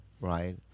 right